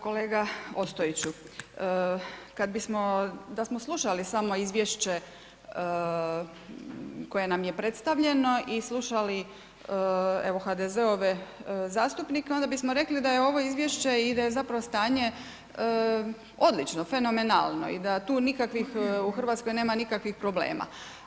Kolega Ostojiću, kad bismo da smo slušali samo izvješće koje je nam je predstavljeno i slušali evo HDZ-ove zastupnike onda bismo rekli da je ovo izvješće i da je zapravo stanje odlično, fenomenalno i da tu nikakvih u Hrvatskoj nema nikakvih problema.